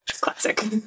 Classic